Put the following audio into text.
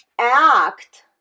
act